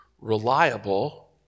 reliable